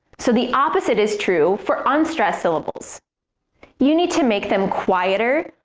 so the opposite is true for unstressed syllables you need to make them quieter,